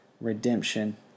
Redemption